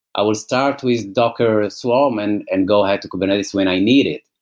i will start with docker swarm and and go ahead to kubernetes when i need it.